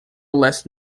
last